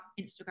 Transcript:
Instagram